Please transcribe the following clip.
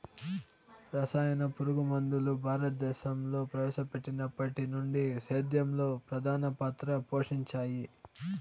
రసాయన పురుగుమందులు భారతదేశంలో ప్రవేశపెట్టినప్పటి నుండి సేద్యంలో ప్రధాన పాత్ర పోషించాయి